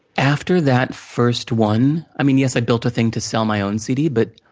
after that first one i mean, yes, i built a thing to sell my own cd, but